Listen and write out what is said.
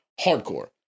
hardcore